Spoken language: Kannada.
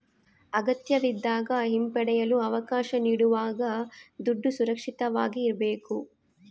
ಅಗತ್ಯವಿದ್ದಾಗ ಹಿಂಪಡೆಯಲು ಅವಕಾಶ ನೀಡುವಾಗ ದುಡ್ಡು ಸುರಕ್ಷಿತವಾಗಿ ಇರ್ಬೇಕು